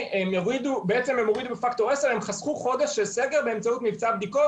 הם הורידו בפקטור 10. הם חסכו חודש של סגר באמצעות מבצע בדיקות,